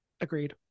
Agreed